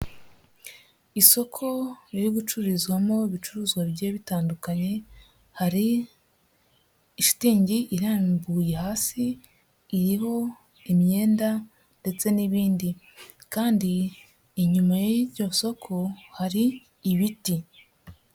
Isoko riri gucururizwamo ibicuruzwa bigiye bitandukanye hari ishitingi irambuye hasi iriho imyenda ndetse n'ibindi, kandi inyuma y'iryo soko hari ibiti.